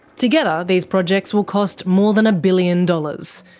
together, these projects will cost more than a billion dollars.